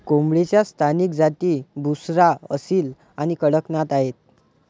कोंबडीच्या स्थानिक जाती बुसरा, असील आणि कडकनाथ आहेत